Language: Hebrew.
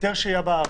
היתר שהייה בארץ,